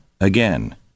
again